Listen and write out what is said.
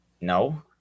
No